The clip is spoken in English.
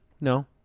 No